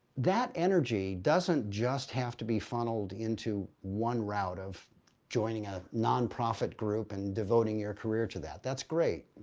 that energy doesn't just have to be funneled into one route of joining a nonprofit group and devoting your career to that. that's great.